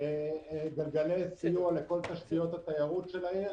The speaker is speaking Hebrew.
לפתור את בעיית העדיפות הלאומית ואת החסמים המשפטיים